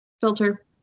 filter